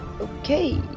okay